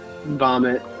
vomit